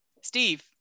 Steve